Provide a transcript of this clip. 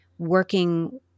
working